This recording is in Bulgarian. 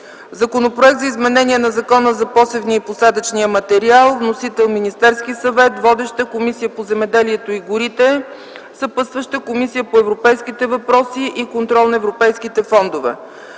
Законопроект за изменение на Закона за посевния и посадъчния материал. Вносител е Министерският съвет. Водеща е Комисията по земеделието и горите. Съпътстваща е Комисията по европейските въпроси и контрол на европейските фондове.